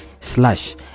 slash